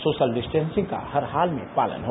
social distancing का हर हाल में पालन हो